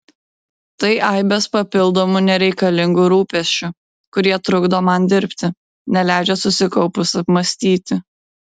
tai aibės papildomų nereikalingų rūpesčių kurie trukdo man dirbti neleidžia susikaupus apmąstyti